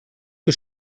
que